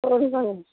ஜோதிகாங்க